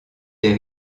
des